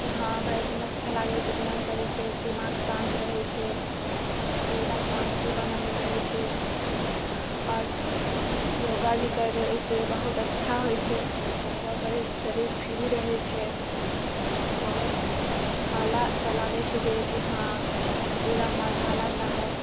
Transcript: की हँ भरि दिन अच्छा लागै छै ध्यान करैसँ दिमाग शान्त रहै छै एकदम शान्ति बनल रहै छै आओर योग भी करैसँ बहुत अच्छा होइ छै योग करैसँ शरीर फ्री रहै छै बहुत हाला सा लागै छै देह की हँ पूरा मन हाला सा है